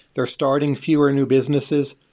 they're starting fewer new businesses.